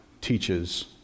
teaches